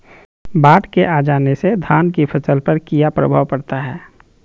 बाढ़ के आ जाने से धान की फसल पर किया प्रभाव पड़ता है?